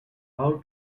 how